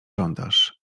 żądasz